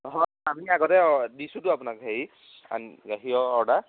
নহয় আমি আগতে দিছোঁতো আপোনাক হেৰি গাখীৰৰ অৰ্ডাৰ